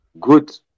good